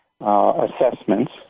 assessments